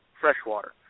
freshwater